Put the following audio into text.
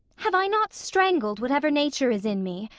have i not strangled whatever nature is in me,